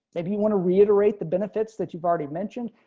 maybe you want to reiterate the benefits that you've already mentioned,